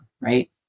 right